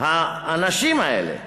האנשים האלה,